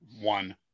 One